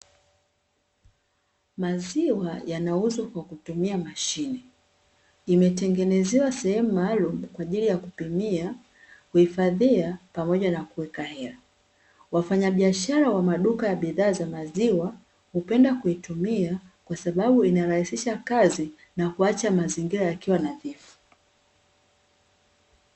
Maziwa yanauzwa kwa kutumia mashine, imetengenezewa sehemu maalumu kwa ajili ya kupimia, kuhifadhia pamoja na kuweka hela, wafanyabiashara wa maduka ya bidhaa za maziwa hupenda kuitumia kwasababu inarahisisha kazi na kuacha mazingira yakiwa nadhifu.